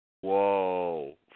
Whoa